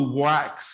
wax